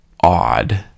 odd